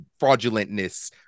fraudulentness